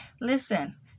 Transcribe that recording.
Listen